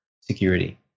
security